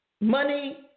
Money